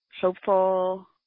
hopeful